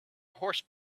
horse